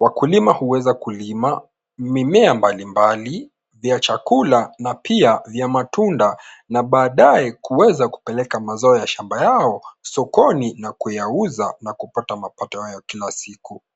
Wakulima huweza kulima mimea mbalimbali vya chakula na pia vya matunda na baadaye kuweza kupeleka mazao ya shamba yao sokoni na kuyauza na kupata mapato yao ya kila siku.